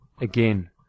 again